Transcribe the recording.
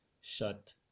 shut